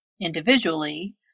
individually